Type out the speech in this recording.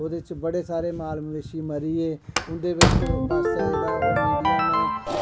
ओह्दे च बड़े सारे माल मवेशी मरियै उं'दै पास्सै जेह्ड़ा मिडिया न